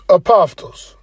apostles